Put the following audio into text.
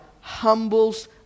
humbles